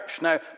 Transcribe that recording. Now